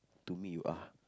to me you are